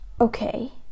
okay